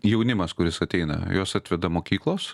jaunimas kuris ateina juos atveda mokyklos